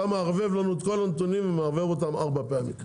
אתה מערבב לנו את כל הנתונים ומערבב אותם ארבע פעמים.